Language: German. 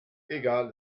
egal